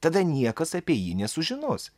tada niekas apie jį nesužinos